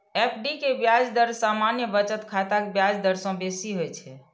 FD के ब्याज दर सामान्य बचत खाताक ब्याज दर सं बेसी होइ छै